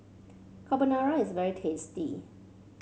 carbonara is very tasty